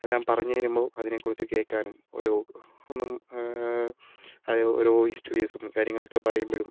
എല്ലാം പറഞ്ഞു തരുമ്പോൾ അതിനെക്കുറിച്ച് കേൾക്കാനും ഓരോ ഒന്നും ആയ ഓരോ ഹിസ്റ്ററീസും കാര്യങ്ങളൊക്കെ പറയുമ്പോഴും